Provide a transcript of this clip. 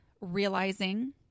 realizing